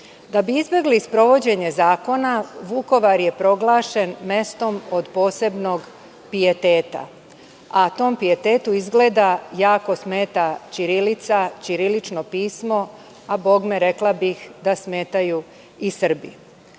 bi izbegli sprovođenje zakona, Vukovar je proglašen mestom posebnom pieteta, a tom pietetu izgleda jako smeta ćirilica, ćirilično pismo, a rekla bi da smetaju i